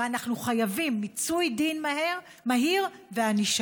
ואנחנו חייבים מיצוי דין מהיר וענישה.